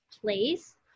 place